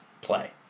play